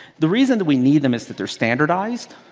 the reason that we need them is that they're standardized.